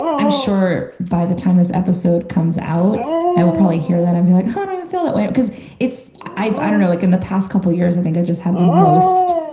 i'm sure by the time this episode comes out i will probably hear that and be like, i don't even feel that way, because it's, i don't know, like in the past couple years, i think i just had the most,